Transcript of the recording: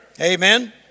Amen